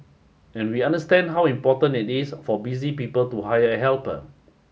and we understand how important it is for busy people to hire a helper